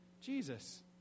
Jesus